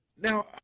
Now